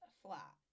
flat